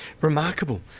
Remarkable